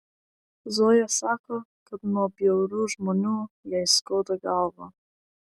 zoja sako kad nuo bjaurių žmonių jai skauda galvą